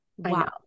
Wow